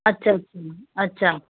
अच्छा अच्छा अच्छा